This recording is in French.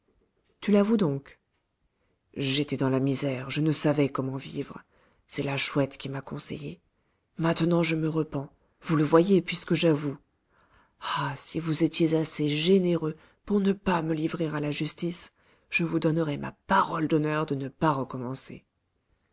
tu l'avoues donc j'étais dans la misère je ne savais comment vivre c'est la chouette qui m'a conseillé maintenant je me repens vous le voyez puisque j'avoue ah si vous étiez assez généreux pour ne pas me livrer à la justice je vous donnerais ma parole d'honneur de ne pas recommencer